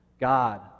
God